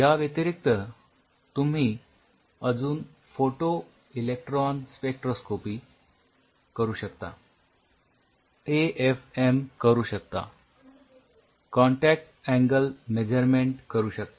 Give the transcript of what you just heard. याव्यतिरीक्त तुम्ही अजून photoelectron spectroscopy करू शकता ए एफ एम करू शकता कॉन्टॅक्ट अँगल मेझरमेन्ट करू शकता